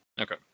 Okay